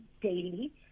daily